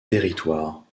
territoire